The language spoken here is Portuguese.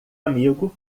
amigo